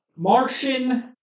Martian